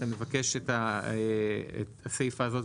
אתה מבקש לא להתייחס לסיפה הזאת,